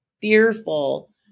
fearful